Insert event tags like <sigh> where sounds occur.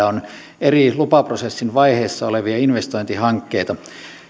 <unintelligible> on eri lupaprosessin vaiheessa olevia investointihankkeita